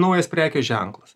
naujas prekės ženklas